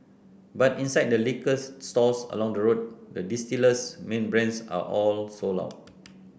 but inside the liquors stores along the road the distiller's main brands are all sold out